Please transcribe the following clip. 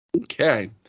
Okay